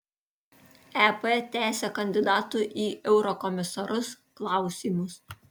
ep tęsia kandidatų į eurokomisarus klausymus